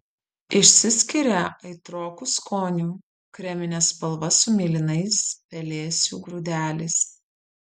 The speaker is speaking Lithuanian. išsiskiria aitroku skoniu kremine spalva su mėlynais pelėsių grūdeliais